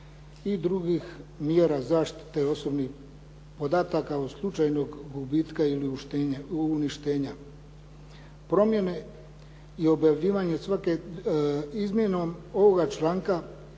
i drugih mjera zaštite osobnih podataka od slučajnog gubitka ili uništenja. Promjene i objavljivanje, izmjenom ovoga članka